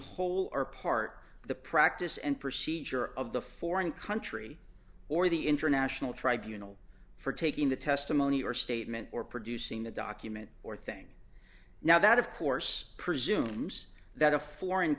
whole or part the practice and procedure of the foreign country or the international tribunals for taking the testimony or statement or producing the document or thing now that of course presumes that a foreign